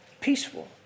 Peaceful